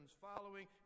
following